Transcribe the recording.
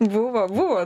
buvo buvo